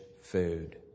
food